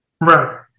right